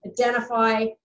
identify